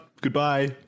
Goodbye